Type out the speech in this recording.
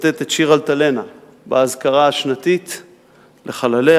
מצטט את שיר "אלטלנה" באזכרה השנתית לחלליה: